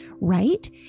right